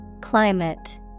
Climate